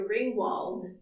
Ringwald